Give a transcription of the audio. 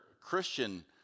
Christian